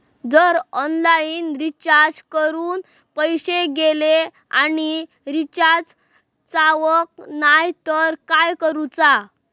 जर online recharge करून पैसे गेले आणि रिचार्ज जावक नाय तर काय करूचा?